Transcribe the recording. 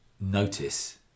notice